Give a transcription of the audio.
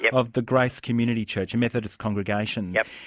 yeah of the grace community church, a methodist congregation. yep.